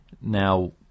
now